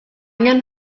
angen